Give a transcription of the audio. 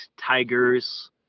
tigers